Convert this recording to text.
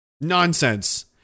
nonsense